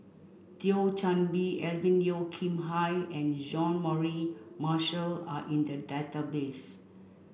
Thio Chan Bee Alvin Yeo Khirn Hai and Jean Mary Marshall are in the database